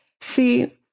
See